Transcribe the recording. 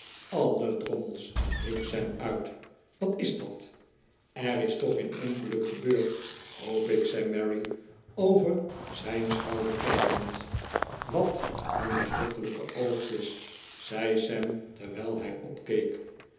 alle drommels riep sam uit wat is dat er is toch geen ongeluk gebeurd hoop ik zei mary over zijn schouder kijkend wat een verrukkelijke oogjes zei sam terwijl hij opkeek